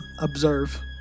observe